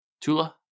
Tula